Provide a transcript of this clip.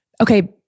Okay